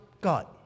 God